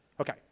Okay